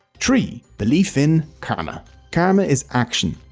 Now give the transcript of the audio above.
three. belief in karma karma is action,